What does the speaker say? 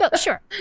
Sure